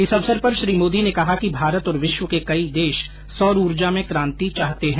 इस अवसर पर श्री मोदी ने कहा कि भारत और विश्व के कई देश सौर ऊर्जा में कांति चाहते है